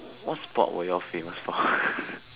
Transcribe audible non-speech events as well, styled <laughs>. what sport were you all famous for <laughs>